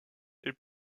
est